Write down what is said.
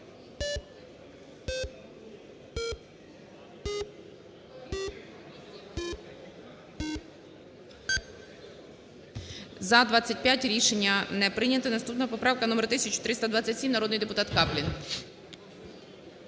За-25 Рішення не прийняте. Наступна поправка - номер 1323. Народний депутат Каплін.